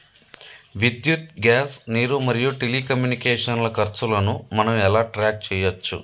విద్యుత్ గ్యాస్ నీరు మరియు టెలికమ్యూనికేషన్ల ఖర్చులను మనం ఎలా ట్రాక్ చేయచ్చు?